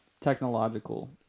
technological